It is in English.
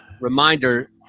Reminder